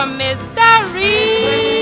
mystery